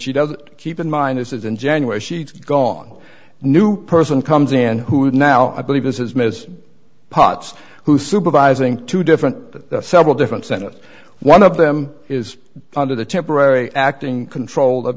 she does keep in mind this is in january she's gone new person comes in who now i believe this is ms potts who supervising two different several different senate one of them is under the temporary acting control